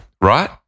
Right